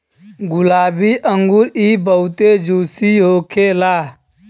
गुलाबी अंगूर इ बहुते जूसी होखेला